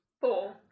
Four